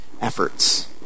efforts